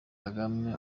kagame